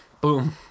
Boom